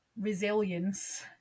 resilience